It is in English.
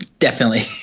definitely,